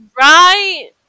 Right